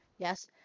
Yes